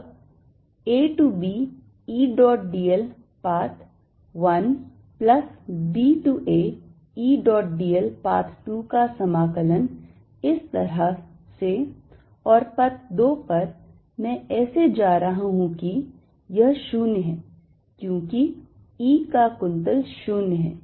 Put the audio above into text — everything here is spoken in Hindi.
अब A to B E dot d l path 1 plus B to A E dot d l path 2 का समाकलन इस तरह से और पथ 2 पर मैं ऐसे जा रहा हूं कि यह 0 है क्योंकि E का कुंतल 0 है